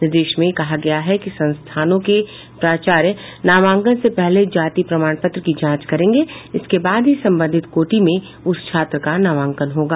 निर्देश में कहा गया है कि संस्थानों के प्राचार्य नामांकन से पहले जाति प्रमाण पत्र की जांच करेंगे इसके बाद ही संबंधित कोटी में उस छात्र का नामांकन होगा